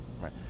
right